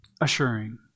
assuring